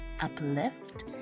uplift